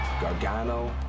Gargano